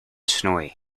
snowy